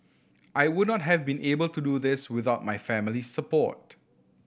I would not have been able to do this without my family's support